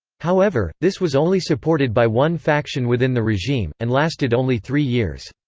however, this was only supported by one faction within the regime, and lasted only three years.